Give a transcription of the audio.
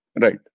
Right